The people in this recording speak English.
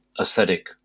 aesthetic